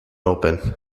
open